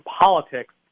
politics